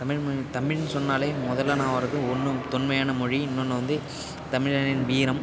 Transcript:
தமிழ்மொழி தமிழ்ன்னு சொன்னாலே முதல்ல நியாபகம் வரது ஒன்று தொன்மையான மொழி இன்னொன்று வந்து தமிழனின் வீரம்